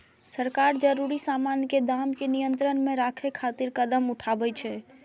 सरकार जरूरी सामान के दाम कें नियंत्रण मे राखै खातिर कदम उठाबै छै